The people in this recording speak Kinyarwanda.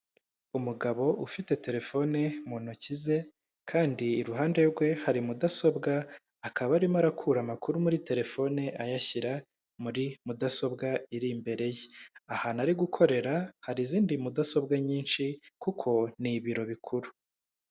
Umugabo ufite telefoni mu ntoki ze kandi iruhande rwe hari mudasobwa, akaba arimo arakura amakuru muri telefone ayashyira muri mudasobwa iri imbere ye, ahantu ari gukorera hari izindi mudasobwa nyinshi kuko ni ibiro bikuru.